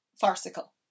farcical